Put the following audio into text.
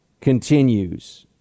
continues